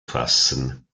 fassen